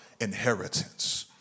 inheritance